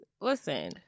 listen